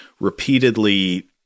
repeatedly